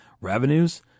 Revenues